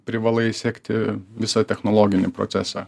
privalai sekti visą technologinį procesą